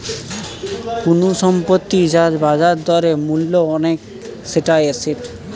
কুনু সম্পত্তি যার বাজার দরে মূল্য অনেক সেটা এসেট